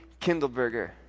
Kindleberger